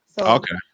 Okay